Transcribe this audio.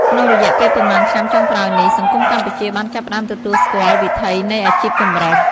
ក្នុងរយៈពេលប៉ុន្មានឆ្នាំចុងក្រោយនេះ សង្គមកម្ពុជាបានចាប់ផ្តើមទទួលស្គាល់វិថីនៃអាជីពចម្រុះ។